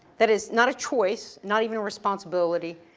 that is not a choice, not even a responsibility,